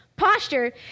posture